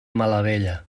malavella